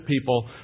people